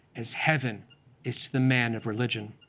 as heaven is to the man of religion.